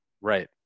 Right